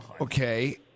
Okay